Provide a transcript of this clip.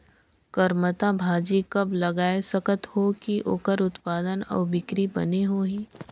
करमत्ता भाजी कब लगाय सकत हो कि ओकर उत्पादन अउ बिक्री बने होही?